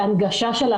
בהנגשה,